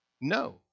No